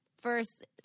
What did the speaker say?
first